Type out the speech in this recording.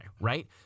right